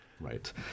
Right